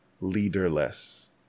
leaderless